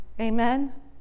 amen